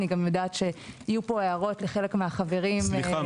אני גם יודעת שיהיו פה הערות לחלק מהחברים -- סליחה,